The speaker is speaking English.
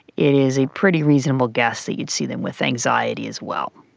it is a pretty reasonable guess that you'd see them with anxiety as well.